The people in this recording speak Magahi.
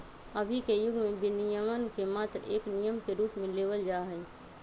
अभी के युग में विनियमन के मात्र एक नियम के रूप में लेवल जाहई